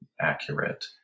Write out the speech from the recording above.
accurate